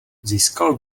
získal